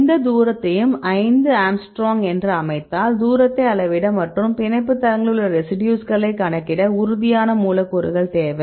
எந்த தூரத்தையும் 5 ஆங்ஸ்ட்ரோம் என்று அமைத்தால் தூரத்தை அளவிட மற்றும் பிணைப்பு தளங்களில் உள்ள ரெசிடியூஸ்களை கணக்கிட உறுதியான மூலக்கூறுகள் தேவை